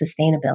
sustainability